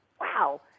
wow